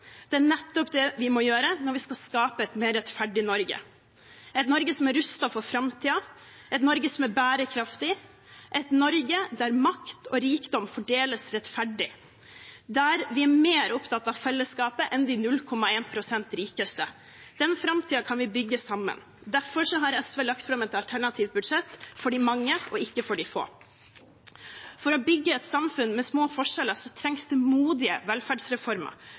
Det er nettopp det vi må gjøre når vi skal skape et mer rettferdig Norge – et Norge som er rustet for framtiden, et Norge som er bærekraftig, et Norge der makt og rikdom fordeles rettferdig, der vi er mer opptatt av fellesskap enn de 0,1 pst. rikeste. Den framtiden kan vi bygge sammen. Derfor har SV lagt fram et alternativt budsjett, for de mange og ikke for de få. For å bygge et samfunn med små forskjeller trengs det modige velferdsreformer